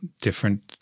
different